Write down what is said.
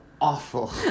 awful